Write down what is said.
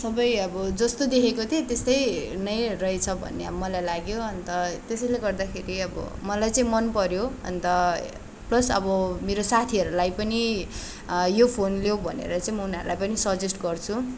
सबै अब जस्तो देखेको थिएँ त्यस्तै नै रहेछ भन्ने अब मलाई लाग्यो अन्त त्यसैले गर्दाखेरि अब मलाई चाहिँ मनपऱ्यो अन्त प्लस अब मेरो साथीहरूलाई पनि यो फोन लेऊ भनेर चाहिँ म उनीहरूलाई सजेस्ट गर्छु